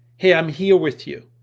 hey, i'm here with you.